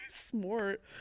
Smart